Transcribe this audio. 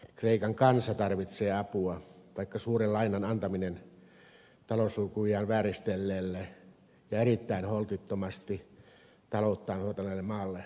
kreikan kansa tarvitsee apua vaikka suuren lainan antaminen talouslukujaan vääristelleelle ja erittäin holtittomasti talouttaan hoitaneelle maalle maistuu karvaalle